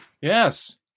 yes